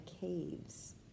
caves